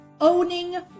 owning